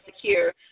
secure